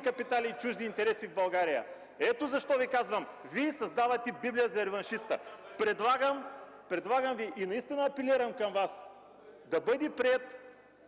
капитали и чужди интереси в България? Ето защо Ви казвам: Вие създавате библия за реваншиста. Предлагам и наистина апелирам към Вас: да бъде приет